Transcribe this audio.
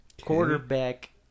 quarterback